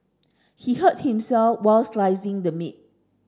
he hurt himself while slicing the meat